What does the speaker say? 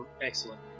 Excellent